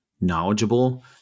knowledgeable